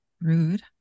rude